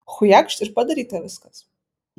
chujakšt ir padaryta viskas